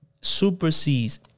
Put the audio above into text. supersedes